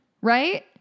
right